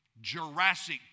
Jurassic